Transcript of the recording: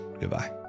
Goodbye